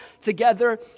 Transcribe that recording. together